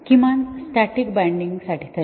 किमान static binding साठी तरी